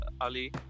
Ali